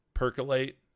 Percolate